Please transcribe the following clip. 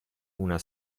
una